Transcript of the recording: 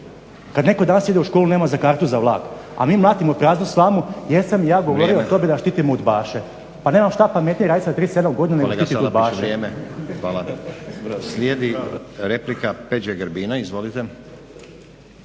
Kada netko danas ide u školu nema za kartu za vlak, a mi mlatimo praznu slamu jesam li ja govorio o tome da štitimo udbaše. Pa nema šta pametnije raditi sa 37 godina i štititi udbaše.